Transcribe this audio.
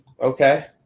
Okay